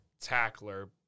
tackler